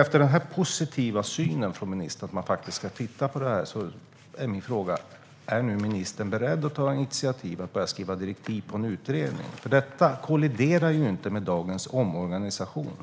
Efter den positiva synen hos ministern på att man kan titta på det här är min fråga: Är ministern beredd att ta initiativ för att börja skriva direktiv till en utredning? Detta kolliderar ju inte med dagens omorganisation.